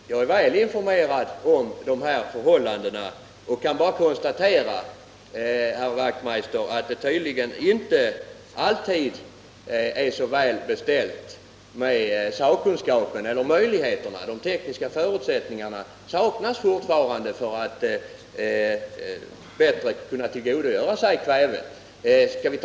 Herr talman! Jag är väl informerad om dessa förhållanden, och jag kan bara konstatera, herr Wachtmeister, att det tydligen inte alltid är så väl beställt med sakkunskapen. De praktiska förutsättningarna för att bättre kunna tillgodogöra sig kväve saknas fortfarande.